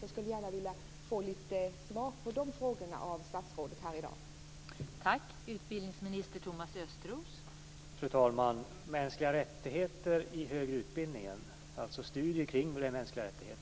Jag skulle gärna vilja få ett svar av statsrådet på de frågorna.